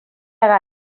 legal